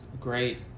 great